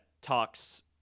talks